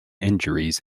injuries